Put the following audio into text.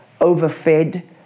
overfed